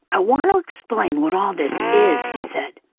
i want to explain what all this is, he said,